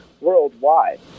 worldwide